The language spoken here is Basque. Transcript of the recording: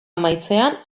amaitzean